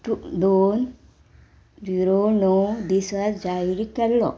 दोन झिरो णव दिसा जाहीर केल्लो